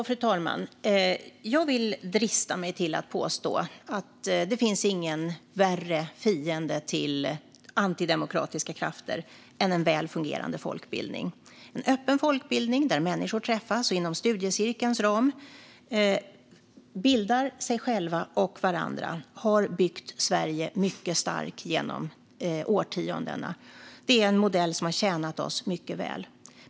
Fru talman! Jag vill drista mig till att påstå att det inte finns någon värre fiende till antidemokratiska krafter än en väl fungerande folkbildning. En öppen folkbildning där människor träffas och inom studiecirkelns ram bildar sig själva och varandra har byggt Sverige mycket starkt genom årtiondena. Detta är en modell som har tjänat oss mycket väl.